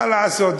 מה לעשות,